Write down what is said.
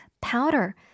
powder